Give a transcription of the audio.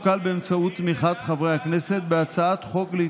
ובסעיף 4, חבר הכנסת,